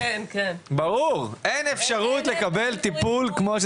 אין אפשרות לקבל טיפול,